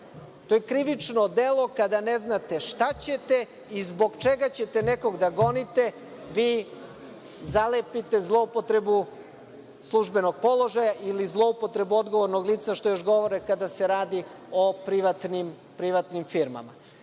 To je krivično delo kada ne znate šta ćete i zbog čega ćete nekog da gonite, vi zalepite zloupotrebu službenog položaja ili zloupotrebu odgovornog lica, što još govore, kada se radi o privatnim firmama. Dakle,